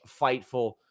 Fightful